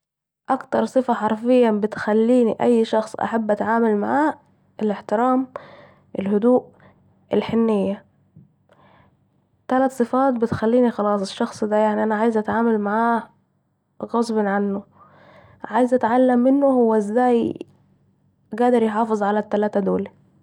أكتر صفه حرفياً بتخليني أي شخص أحب اتعامل معاه ، الاحترام ، الهدوء ، الحنيه تلت صفات بتخليني خلاص الشخص ده يعني أنا عايزة اتعامل معاك غصب عنه ، عايزه اتعلم منه هو ازاي قادر يحافظ على التلاته دول